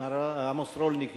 מר עמוס רולניק,